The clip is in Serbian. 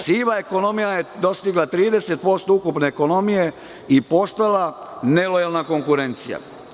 Siva ekonomija je dostigla 30% ukupne ekonomije i postala nelojalna konkurencija.